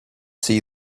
see